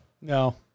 No